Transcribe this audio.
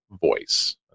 voice